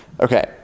Okay